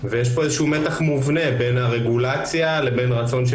ויש פה מתח מובנה בין הרגולציה לבין הרצון של